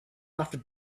after